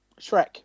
Shrek